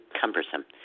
cumbersome